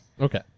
Okay